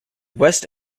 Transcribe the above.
west